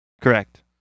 Correct